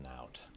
out